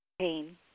pain